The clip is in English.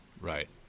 Right